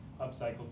upcycled